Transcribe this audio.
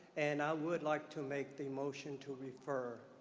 and i would like to make the motion to refer